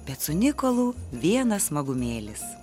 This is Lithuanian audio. bet su nikolu vienas smagumėlis